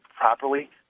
properly